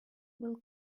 will